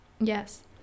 Yes